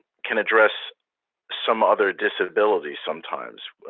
can address some other disabilities sometimes.